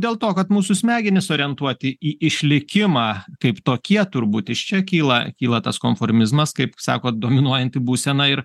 dėl to kad mūsų smegenys orientuoti į išlikimą kaip tokie turbūt iš čia kyla kyla tas konformizmas kaip sakot dominuojanti būsena ir